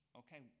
okay